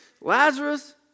Lazarus